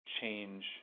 change